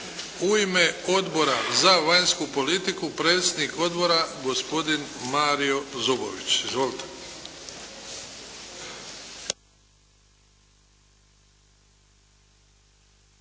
U ime Odbora za vanjsku politiku predsjednik odbora gospodin Mario Zubović. Izvolite.